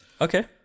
Okay